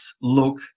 look